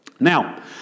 Now